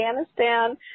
Afghanistan